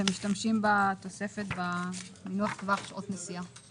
בתוספת אתם משתמשים במינוח "טווח שעות נסיעה".